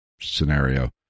scenario